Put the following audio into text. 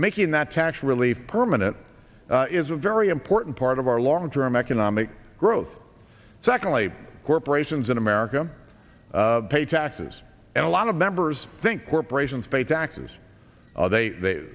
making that tax relief permanent is a very important part of our long term economic growth secondly corporations in america pay taxes and a lot of members think corporations pay taxes they th